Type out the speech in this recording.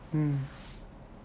mm